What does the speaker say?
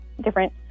different